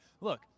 Look